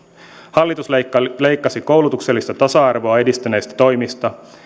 hallitus leikkasi leikkasi koulutuksellista tasa arvoa edistäneistä toimista